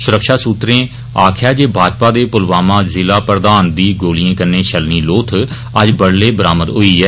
सुरक्षा सुत्रे आक्खेआ जे भाजपा दे पुलवामा जिला प्रधान दी गोलियें नै छल्लनी लोथ अज्ज बडुलै बरामद होई ऐ